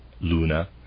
Luna